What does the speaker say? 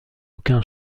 aucun